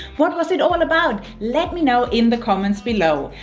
what was it all about? let me know in the comments below.